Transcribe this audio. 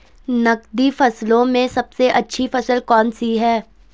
नकदी फसलों में सबसे अच्छी फसल कौन सी है?